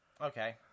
Okay